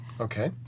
Okay